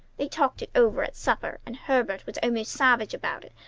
they talked it over at supper, and herbert was almost savage about it,